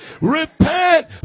Repent